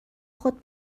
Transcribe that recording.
خود